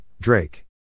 Drake